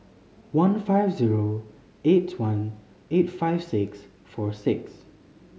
one five zero eight one eight five six four six